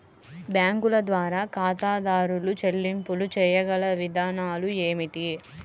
బ్యాంకుల ద్వారా ఖాతాదారు చెల్లింపులు చేయగల విధానాలు ఏమిటి?